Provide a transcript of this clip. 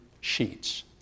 sheets